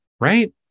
Right